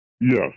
yes